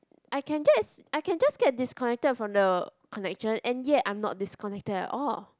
I can just I can just get disconnected from the connection and yet I'm not disconnected at all